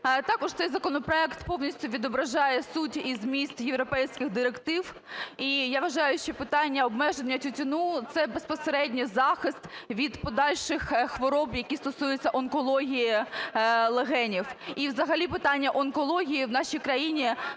Також цей законопроект повністю відображає суть і зміст європейських директив. І я вважаю, що питання обмеження тютюну - це безпосередній захист від подальших хвороб, які стосуються онкології легенів. І взагалі питання онкології в нашій країні,